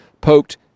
poked